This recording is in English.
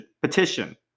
petition